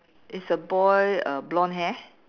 is the boy err blonde hair